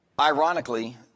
Ironically